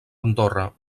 andorra